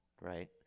right